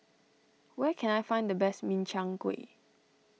where can I find the best Min Chiang Kueh